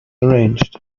arranged